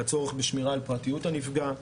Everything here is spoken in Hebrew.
על הצורך בשמירה על פרטיות הנפגע,